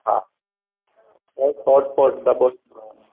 हा hot pot दॿो ईंदो आहे